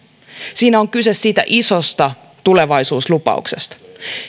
siinä on kyse siitä isosta tulevaisuuslupauksesta